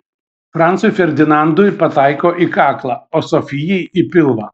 francui ferdinandui pataiko į kaklą o sofijai į pilvą